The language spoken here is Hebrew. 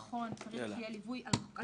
נכון, צריך שיהיה ליווי על כל הסעה.